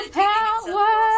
power